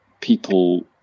people